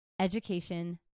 education